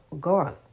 garlic